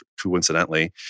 coincidentally